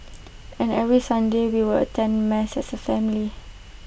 and every Sunday we would attend mass as A family